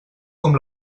com